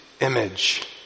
image